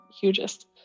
hugest